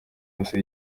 yose